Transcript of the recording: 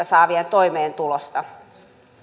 saavien toimeentulosta